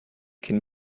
can